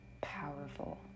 powerful